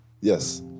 Yes